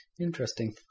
Interesting